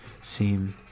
seem